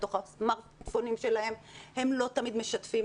לתוך הסמרטפונים שלהם והם לא תמיד משתפים.